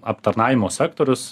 aptarnavimo sektorius